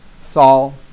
Saul